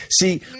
See